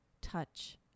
touch